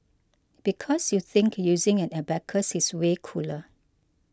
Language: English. because you think using an abacus is way cooler